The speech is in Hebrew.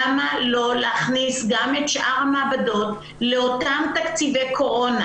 למה לא להכניס גם את שאר המעבדות לאותם תקציבי קורונה